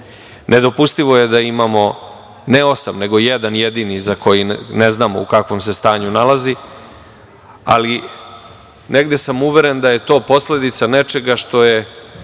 sporazuma. Nedopustivo je da imamo, ne osam, nego jedan jedini za koji ne znamo u kakvom se stanju nalazi, ali negde sam uveren da je to posledica nečega što je